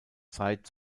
zeit